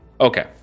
Okay